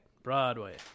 broadway